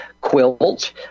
quilt